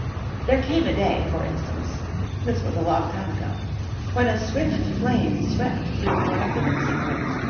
there came a day, for instance this was a long time ago when a swift flame swept through one of the mixing-rooms,